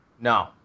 No